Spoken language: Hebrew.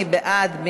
מי בעד?